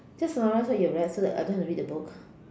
just summarize what you've read so that I don't have to read the book